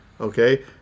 okay